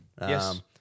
Yes